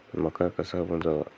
मका कसा मोजावा?